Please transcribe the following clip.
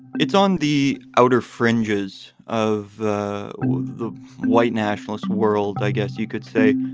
it's on the outer fringes of the the white nationalist world. i guess you could say